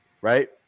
right